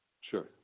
Sure